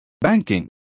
banking